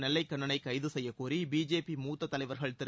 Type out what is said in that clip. நெல்லை கண்ணனை கைது செய்யக்கோரி பிஜேபி மூத்த தலைவர்கள் திரு